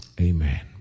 Amen